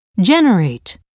generate